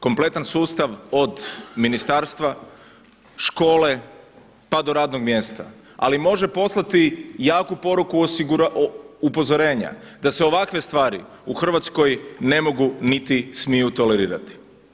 Kompletan sustav od ministarstva, škole pa do radnog mjesta, ali može poslati jaku poruku upozorenja da se ovakve stvari u Hrvatskoj ne mogu niti smiju tolerirati.